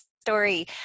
Story